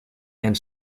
and